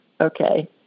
Okay